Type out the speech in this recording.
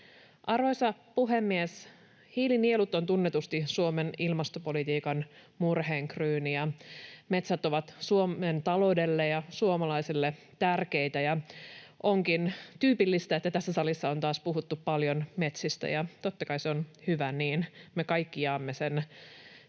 Arvoisa puhemies! Hiilinielut ovat tunnetusti Suomen ilmastopolitiikan murheenkryyni. Metsät ovat Suomen taloudelle ja suomalaisille tärkeitä, ja onkin tyypillistä, että tässä salissa on taas puhuttu paljon metsistä, ja totta kai se on hyvä niin. Me kaikki jaamme sen tiedon,